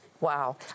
Wow